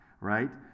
right